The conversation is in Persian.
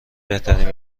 بهترین